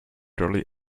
dolly